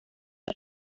del